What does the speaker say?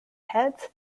heads